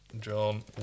John